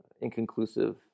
inconclusive